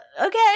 okay